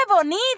bonito